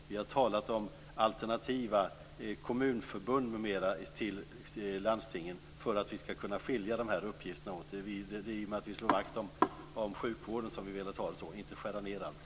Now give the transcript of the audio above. Vi har talat om alternativa kommunförbund m.m. till landstingen för att vi skall kunna skilja de här uppgifterna åt. Det är för slå vakt om sjukvården som vi velat ha det så, inte skära ned allt.